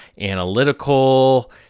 analytical